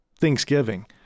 Thanksgiving